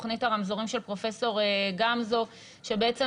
תוכנית הרמזורים של פרופ' גמזו שבעצם